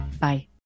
Bye